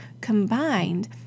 combined